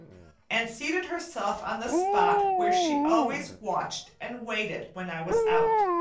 and seated herself on the spot where she always watched and waited when i was out.